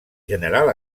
general